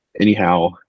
Anyhow